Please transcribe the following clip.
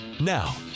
Now